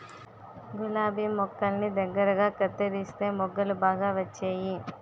గులాబి మొక్కల్ని దగ్గరగా కత్తెరిస్తే మొగ్గలు బాగా వచ్చేయి